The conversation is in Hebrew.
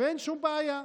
ואין שום בעיה,